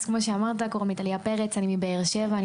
אני מבאר-שבע.